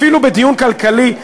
אפילו בדיון כלכלי,